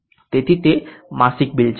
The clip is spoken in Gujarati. તેથી તે માસિક બિલ છે